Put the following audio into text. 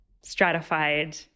stratified